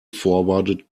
forwarded